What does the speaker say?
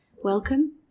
Welcome